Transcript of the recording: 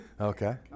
Okay